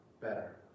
better